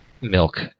milk